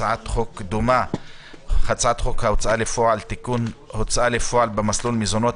אנחנו מתחילים הצעת חוק ההוצאה לפועל (תיקון מס' 65) (מסלול מזונות),